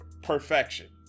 perfection